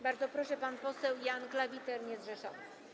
Bardzo proszę, pan poseł Jan Klawiter, niezrzeszony.